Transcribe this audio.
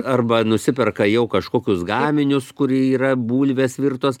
arba nusiperka jau kažkokius gaminius kuri yra bulvės virtos